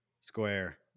square